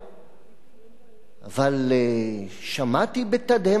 אבל שמעתי בתדהמה שמפלגת העבודה